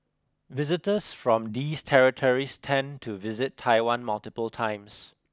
visitors from these territories tend to visit Taiwan multiple times